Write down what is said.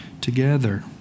together